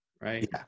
right